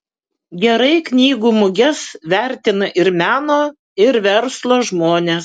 gerai knygų muges vertina ir meno ir verslo žmonės